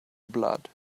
blood